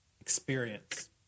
experience